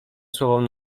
słowom